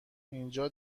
اینجا